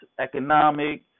economic